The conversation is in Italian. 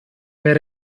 per